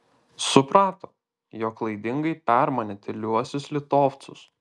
suprato jog klaidingai permanė tyliuosius litovcus